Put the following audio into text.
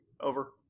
Over